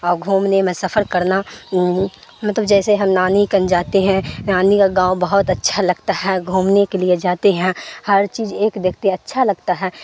اور گھومنے میں سفر کرنا مطلب جیسے ہم نانی کن جاتے ہیں نانی کا گاؤں بہت اچھا لگتا ہے گھومنے کے لیے جاتے ہیں ہر چیز ایک دیکھتے اچھا لگتا ہے